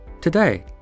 Today